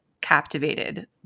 captivated